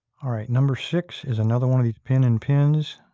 all right, number six is another one of these pin in pins,